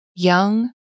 young